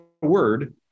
word